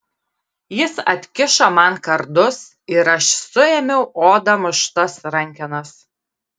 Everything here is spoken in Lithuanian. jis atkišo man kardus ir aš suėmiau oda muštas rankenas